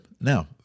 Now